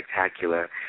spectacular